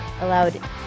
allowed